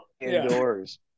indoors